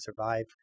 survive